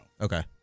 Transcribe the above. Okay